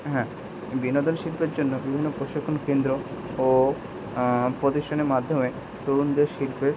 হ্যাঁ বিনোদন শিল্পের জন্য বিভিন্ন প্রশিক্ষণ কেন্দ্র ও প্রতিষ্ঠানের মাধ্যমে তরুণদের শিল্পে